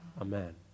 amen